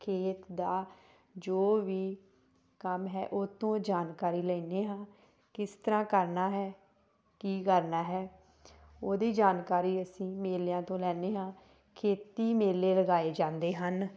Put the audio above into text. ਖੇਤ ਦਾ ਜੋ ਵੀ ਕੰਮ ਹੈ ਉੱਥੋਂ ਜਾਣਕਾਰੀ ਲੈਂਦੇ ਹਾਂ ਕਿਸ ਤਰ੍ਹਾਂ ਕਰਨਾ ਹੈ ਕੀ ਕਰਨਾ ਹੈ ਉਹਦੀ ਜਾਣਕਾਰੀ ਅਸੀਂ ਮੇਲਿਆਂ ਤੋਂ ਲੈਂਦੇ ਹਾਂ ਖੇਤੀ ਮੇਲੇ ਲਗਾਏ ਜਾਂਦੇ ਹਨ